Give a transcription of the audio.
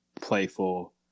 playful